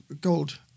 gold